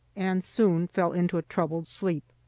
and soon fell into a troubled sleep.